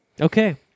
okay